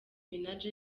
minaj